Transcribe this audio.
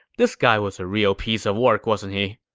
this guy was a real piece of work, wasn't he?